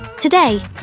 Today